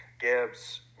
Gibbs